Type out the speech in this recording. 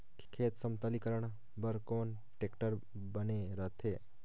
खेत समतलीकरण बर कौन टेक्टर बने रथे?